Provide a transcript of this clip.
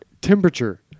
temperature